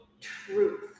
truth